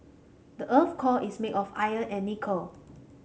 the earth core is made of iron and nickel